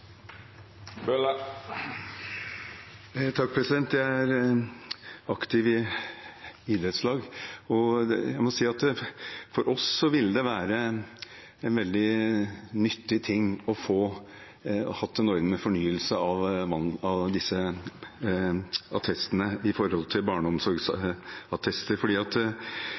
Jeg er aktiv i idrettslag, og jeg må si at for oss ville det være veldig nyttig å ha en ordning med fornyelse av disse attestene,